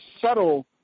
subtle